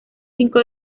cinco